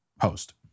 post